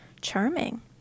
Charming